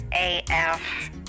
af